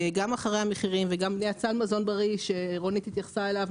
גם אחרי המחירים וגם לייצר מזון בריא שרונית התייחסה אליו.